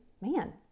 man